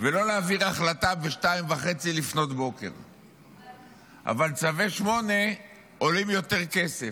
ולא להעביר החלטה בשעה 02:30. אבל צווי 8 עולים יותר כסף,